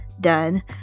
done